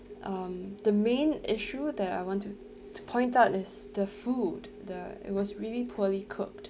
um the main issue that I want to to point out is the food the it was really poorly cooked